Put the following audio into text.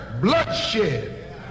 Bloodshed